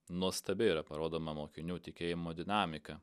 nuostabiai yra parodoma mokinių tikėjimo dinamika